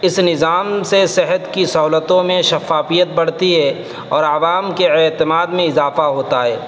اس نظام سے صحت کی سہولتوں میں شفافیت بڑھتی ہے اور عوام کے اعتماد میں اضافہ ہوتا ہے